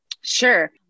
Sure